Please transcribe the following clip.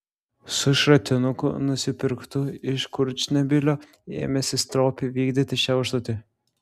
su šratinuku nusipirktu iš kurčnebylio ėmėsi stropiai vykdyti šią užduotį